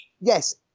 yes